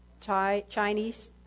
Chinese